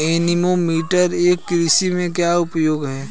Anemometer का कृषि में क्या उपयोग है?